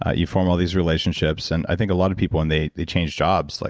ah you form all these relationships, and i think a lot of people when they they change jobs, like